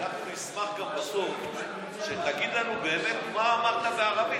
אנחנו נשמח גם בסוף שתגיד לנו באמת מה אמרת בערבית,